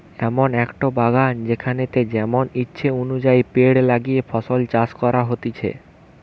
এমন একটো বাগান যেখানেতে যেমন ইচ্ছে অনুযায়ী পেড় লাগিয়ে ফল চাষ করা হতিছে